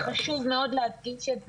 חשוב מאוד להדגיש את זה.